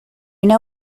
know